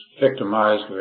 victimized